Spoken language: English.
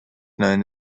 known